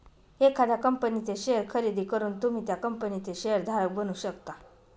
एखाद्या कंपनीचे शेअर खरेदी करून तुम्ही त्या कंपनीचे शेअर धारक बनू शकता